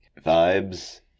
Vibes